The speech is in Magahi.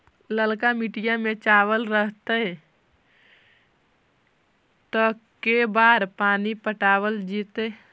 ललका मिट्टी में चावल रहतै त के बार पानी पटावल जेतै?